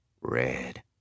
Red